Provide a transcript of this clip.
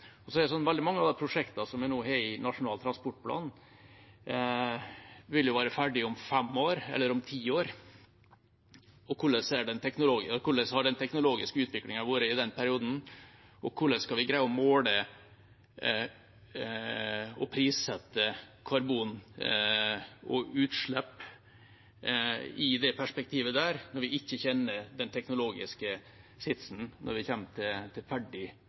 Veldig mange av prosjektene som nå er i Nasjonal transportplan, vil være ferdige om fem eller ti år. Hvordan har den teknologiske utviklingen vært i den perioden? Og hvordan skal vi greie å måle og prissette karbonutslipp i dette perspektivet når vi ikke kjenner den teknologiske situasjonen når vi kommer til ferdigstilt prosjekt? Jeg tror vi må ta høyde for at vi må bruke en stor grad av skjønn knyttet til